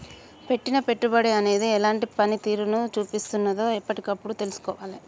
పెట్టిన పెట్టుబడి అనేది ఎలాంటి పనితీరును చూపిస్తున్నదో ఎప్పటికప్పుడు తెల్సుకోవాలే